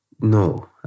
No